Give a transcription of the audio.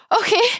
okay